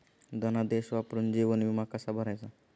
धनादेश वापरून जीवन विमा कसा भरायचा?